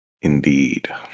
Indeed